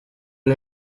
ubu